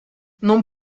non